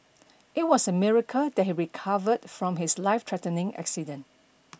it was a miracle that he recovered from his life threatening accident